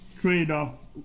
trade-off